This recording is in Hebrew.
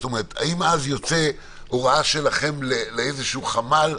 האם אז יוצאת הוראה שלכם לאיזשהו חמ"ל,